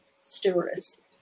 stewardess